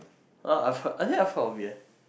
oh I've heard I think I've heard of it eh